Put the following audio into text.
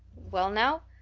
well now,